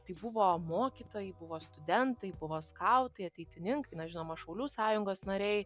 tai buvo mokytojai buvo studentai buvo skautai ateitininkai na žinoma šaulių sąjungos nariai